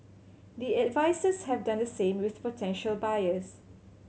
the advisers have done the same with potential buyers